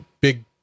big